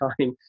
time